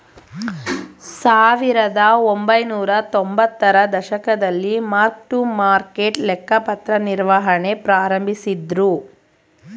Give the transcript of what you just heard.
ಸಾವಿರದಒಂಬೈನೂರ ತೊಂಬತ್ತರ ದಶಕದಲ್ಲಿ ಮಾರ್ಕ್ ಟು ಮಾರ್ಕೆಟ್ ಲೆಕ್ಕಪತ್ರ ನಿರ್ವಹಣೆ ಪ್ರಾರಂಭಿಸಿದ್ದ್ರು